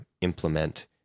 implement